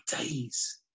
days